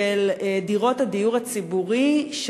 של דירות הדיור הציבורי,